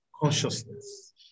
Consciousness